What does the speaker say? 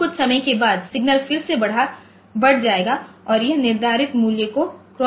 अब कुछ समय के बाद सिग्नल फिर से बढ़ जाएगा और यह निर्धारित मूल्य को क्रॉस करता है